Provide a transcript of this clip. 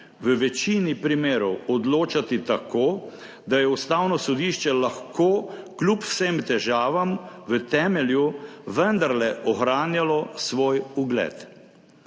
v večini primerov odločati tako, da je Ustavno sodišče lahko kljub vsem težavam v temelju vendarle ohranjalo svoj ugled.